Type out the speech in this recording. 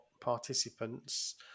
participants